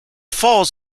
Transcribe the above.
falls